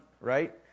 right